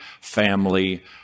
family